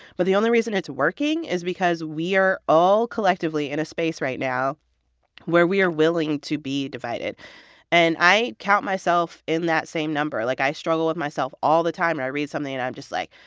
but the only reason it's working is because we are all collectively in a space right now where we are willing to be divided and i count myself in that same number. like, i struggle with myself all the time when i read something and i'm just like,